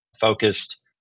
Focused